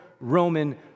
Roman